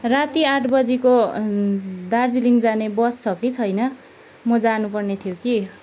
राति आठ बजीको दार्जीलिङ जाने बस छ कि छैन म जानु पर्ने थियो कि